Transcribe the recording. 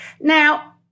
Now